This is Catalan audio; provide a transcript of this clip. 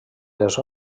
les